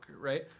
right